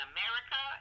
America